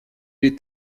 est